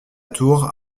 tour